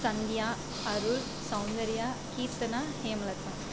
Sandhya Arul Soundarya Keerthana Hemalatha